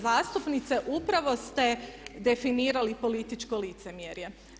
zastupnice upravo ste definirali političko licemjerje.